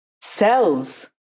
cells